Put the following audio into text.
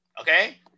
Okay